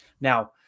Now